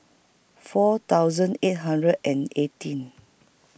four thousand eight hundred and eighteen